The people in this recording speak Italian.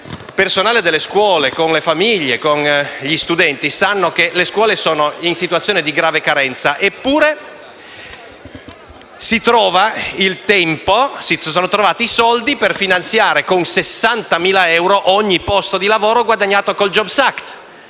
il personale, le famiglie e gli studenti sa che le scuole versano in una situazione di grave carenza. Eppure si sono trovati i soldi per finanziare con 60.000 euro ogni posto di lavoro guadagnato con il *jobs act*,